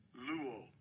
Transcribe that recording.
Luo